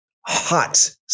hot